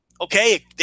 Okay